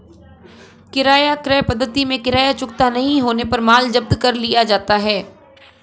किराया क्रय पद्धति में किराया चुकता नहीं होने पर माल जब्त कर लिया जाता है